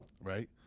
Right